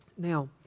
Now